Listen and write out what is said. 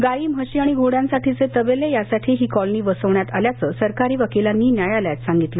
गाई म्हशी आणि घोड्यांसाठीचे तबेले यासाठी ही कॉलनी वसवण्यसात आल्याचं सरकारी वकीलांनी न्यायालयात सांगितलं